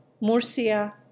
Murcia